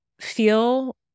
feel